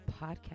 Podcast